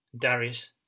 Darius